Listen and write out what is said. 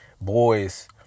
boys